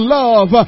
love